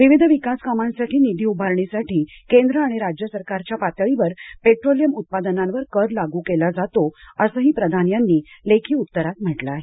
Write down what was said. विविध विकास कामांसाठी निधी उभारणीसाठी केंद्र आणि राज्य सरकारच्या पातळीवर पेट्रोलियम उत्पादनांवर कर लागू केला जातो असंही प्रधान यांनी लेखी उत्तरात म्हटलं आहे